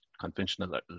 conventional